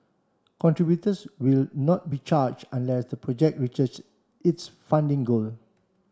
contributors will not be charge unless the project reaches its funding goal